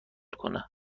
کنه